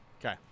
Okay